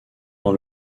dans